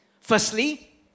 Firstly